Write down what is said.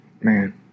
Man